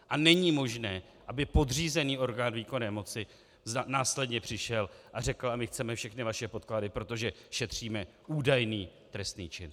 A není možné, aby podřízený orgán výkonné moci následně přišel a řekl: a my chceme všechny vaše podklady, protože šetříme údajný trestný čin.